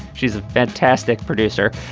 she's a fantastic producer.